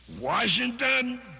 Washington